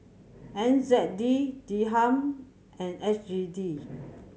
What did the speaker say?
N Z D Dirham and S G D